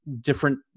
different